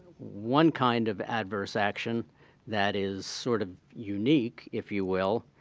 one kind of adverse action that is sort of unique, if you will,